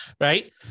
Right